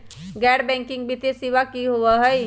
गैर बैकिंग वित्तीय सेवा की होअ हई?